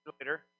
later